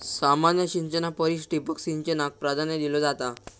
सामान्य सिंचना परिस ठिबक सिंचनाक प्राधान्य दिलो जाता